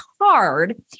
hard